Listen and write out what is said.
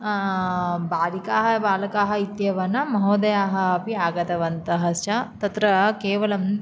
बालिकाः बालकाः इत्येवन महोदयाः अपि आगतवन्तः च तत्र केवलम्